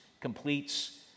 completes